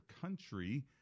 country